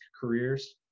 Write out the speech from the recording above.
careers